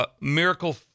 Miracle